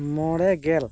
ᱢᱚᱬᱮ ᱜᱮᱞ